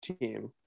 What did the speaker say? team